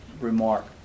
remark